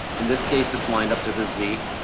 in this case, it's lined up to the z,